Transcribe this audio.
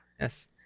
Yes